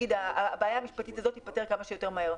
שהבעיה המשפטית הזו תיפטר כמה שיותר מהר.